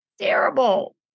terrible